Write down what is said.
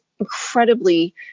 incredibly